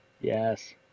yes